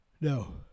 No